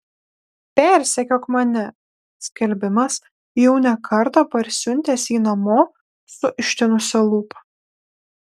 persekiok mane skelbimas jau ne kartą parsiuntęs jį namo su ištinusia lūpa